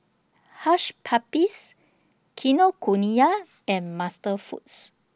Hush Puppies Kinokuniya and MasterFoods